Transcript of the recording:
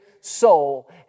soul